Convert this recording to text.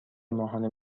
ماهانه